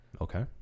Okay